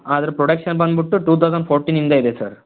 ಅದ್ರ ಪ್ರೊಡಕ್ಷನ್ ಬಂದುಬಿಟ್ಟು two thousand ಫೋರ್ಟಿನಿಂದ ಇದೆ ಸರ್